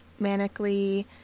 manically